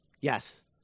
Yes